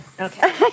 Okay